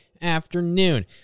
afternoon